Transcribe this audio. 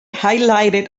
highlighted